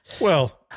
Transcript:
Well-